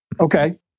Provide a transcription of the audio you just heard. Okay